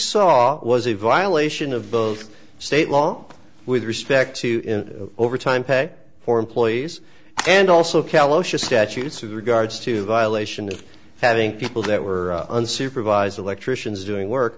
saw was a violation of both state law with respect to overtime pay for employees and also callow statutes of regards to violation of having people that were unsupervised electricians doing work